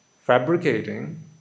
fabricating